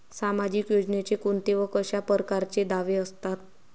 सामाजिक योजनेचे कोंते व कशा परकारचे दावे असतात?